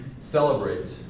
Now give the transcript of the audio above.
celebrate